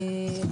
רוב הילדים.